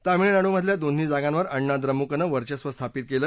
तामिळनाडू मधल्या दोन्ही जागांवर अण्णा द्रमुकनं वर्घस्व स्थापित केलं